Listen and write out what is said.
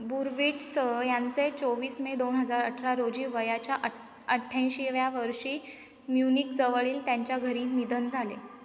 Burwitz यांचे चोवीस May दोन हजार अठरा रोजी वयाच्या अठ अठ्याऐंशीव्या वर्षी म्युनिकजवळील त्यांच्या घरी निधन झाले